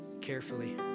carefully